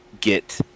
get